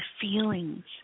feelings